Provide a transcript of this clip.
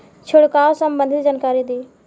छिड़काव संबंधित जानकारी दी?